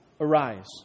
arise